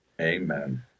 Amen